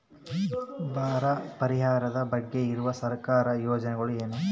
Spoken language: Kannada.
ಬರ ಪರಿಹಾರದ ಬಗ್ಗೆ ಇರುವ ಸರ್ಕಾರದ ಯೋಜನೆಗಳು ಏನು?